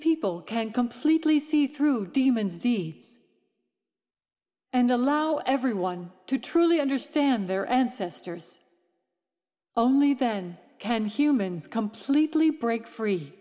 people can completely see through demons deeds and allow everyone to truly understand their ancestors only then can humans completely break free